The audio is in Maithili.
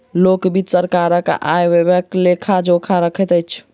लोक वित्त सरकारक आय व्ययक लेखा जोखा रखैत अछि